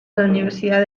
universidad